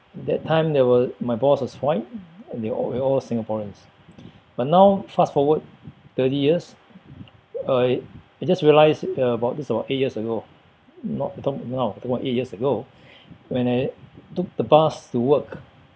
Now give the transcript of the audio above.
that time there were my boss was white and they're all we're all singaporeans but now fast forward thirty years uh I just realise uh about this about eight years ago not talk now talking about eight years ago when I took the bus to work